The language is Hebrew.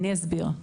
אני אסביר.